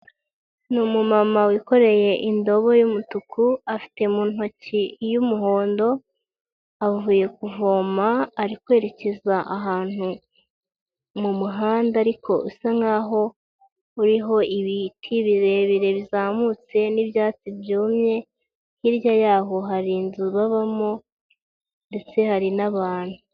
Ni umumama wikoreye indobo y'umutuku afite mu ntoki iy'umuhondo, avuye kuvoma ari kwerekeza ahantu mu muhanda ariko usa nkaho uriho ibiti birebire bizamutse, n'ibyatsi byumye, hirya yaho hari inzu babamo, ndetse hari n'abantu.